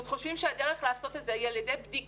חושבים שהדרך לעשות את זה היא על ידי בדיקות